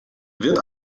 wird